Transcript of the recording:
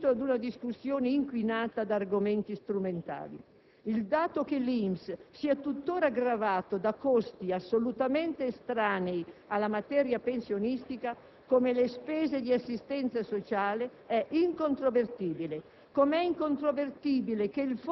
Nei giorni scorsi abbiamo assistito ad una discussione inquinata da argomenti strumentali. Il dato che l'INPS sia tuttora gravato da costi assolutamente estranei alla materia pensionistica, come le spese di assistenza sociale, è incontrovertibile,